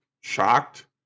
shocked